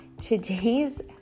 today's